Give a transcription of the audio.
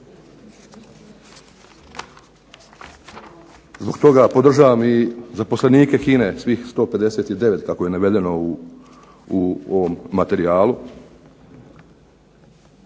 Zbog toga podržavam i zaposlenike HINA-e svih 159 kako je navedeno u ovom materijalu.